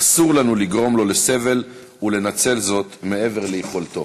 אסור לנו לגרום לו סבל ולנצל אותו מעבר ליכולתו.